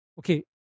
Okay